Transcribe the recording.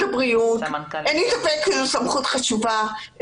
הבריאות שאין לי ספק שהוא סמכות חשובה.